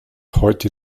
heute